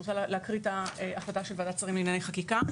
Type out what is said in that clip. אני רוצה להקריא את ההחלטה של ועדת השרים לענייני חקיקה,